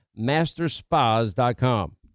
masterspas.com